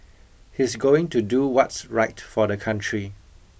he's going to do what's right for the country